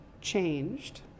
changed